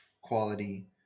quality